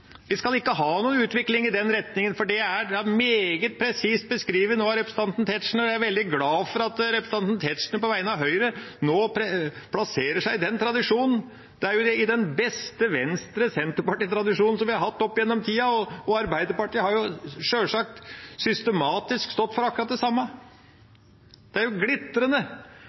Vi skal ikke ha noen utvikling i den retningen. Det er meget presist beskrevet nå av representanten Tetzschner, og jeg er veldig glad for at representanten Tetzschner på vegne av Høyre nå plasserer seg i den tradisjonen. Det er jo i beste Venstre- og Senterparti-tradisjon opp igjennom tida, og Arbeiderpartiet har sjølsagt systematisk stått for akkurat det samme. Det er jo glitrende